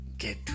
get